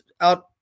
out